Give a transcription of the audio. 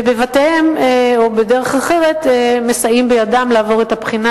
ובבתיהם או בדרך אחרת מסייעים בידם לעבור את הבחינה.